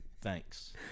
Thanks